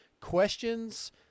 questions